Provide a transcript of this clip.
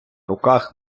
руках